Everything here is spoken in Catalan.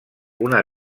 una